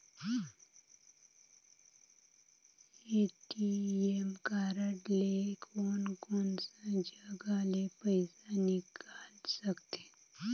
ATM card ले कोन कोन सा जगह ले पइसा निकाल सकथे?